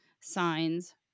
signs